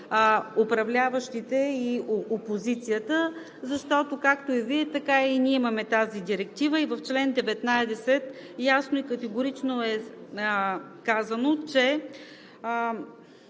управляващите и опозицията, защото както и Вие, така и ние имаме тази директива, а в чл. 19 ясно и категорично е казано, че: